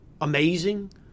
amazing